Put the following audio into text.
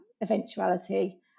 eventuality